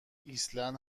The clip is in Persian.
ایسلند